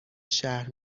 شهر